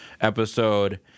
episode